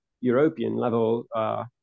European-level